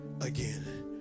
again